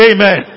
Amen